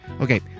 Okay